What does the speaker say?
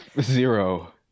zero